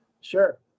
Sure